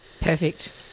Perfect